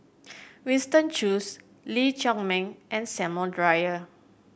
Winston Choos Lee Chiaw Meng and Samuel Dyer